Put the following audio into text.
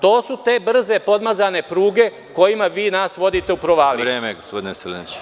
To su te brze podmazane pruge kojima vi nas vodite u provaliju.